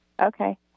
Okay